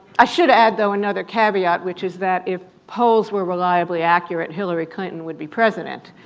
i should add, though, another caveat, which is that if polls were reliably accurate hillary clinton would be president,